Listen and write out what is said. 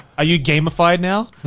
are you gamified now?